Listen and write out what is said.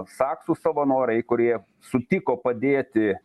saksų savanoriai kurie sutiko padėti